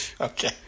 okay